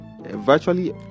virtually